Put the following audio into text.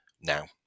now